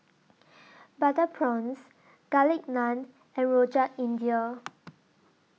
Butter Prawns Garlic Naan and Rojak India